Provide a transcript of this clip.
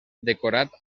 decorat